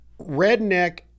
Redneck